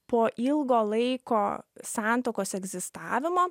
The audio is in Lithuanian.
po ilgo laiko santuokos egzistavimo